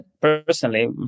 personally